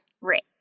Right